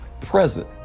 present